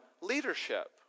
leadership